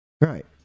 Right